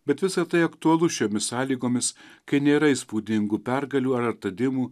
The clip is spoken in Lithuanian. bet visa tai aktualu šiomis sąlygomis kai nėra įspūdingų pergalių ar atradimų